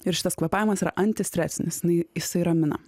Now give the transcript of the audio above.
ir šitas kvėpavimas yra antistresinis jinai jisai ramina